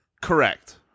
Correct